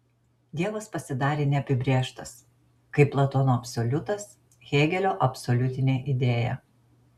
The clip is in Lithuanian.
dievas pasidarė neapibrėžtas kaip platono absoliutas hėgelio absoliutinė idėja